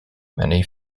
many